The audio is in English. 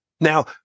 Now